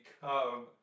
become